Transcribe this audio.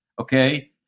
okay